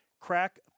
Crack